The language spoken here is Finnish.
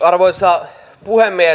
arvoisa puhemies